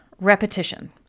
repetition